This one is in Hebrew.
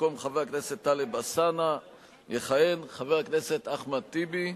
במקום חבר הכנסת טלב אלסאנע יכהן חבר הכנסת אחמד טיבי,